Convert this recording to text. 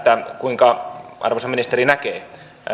kuinka arvoisa ministeri näkee